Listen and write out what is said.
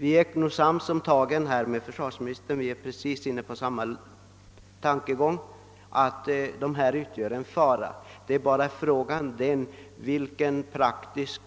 Vi är nog sams om tagen, herr försvarsminister; vi är ju inne på precis samma tankegång, nämligen att dessa vägspärrar utgör en fara. Frågan är bara hur vi praktiskt